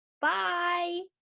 Bye